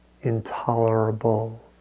intolerable